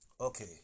okay